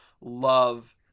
love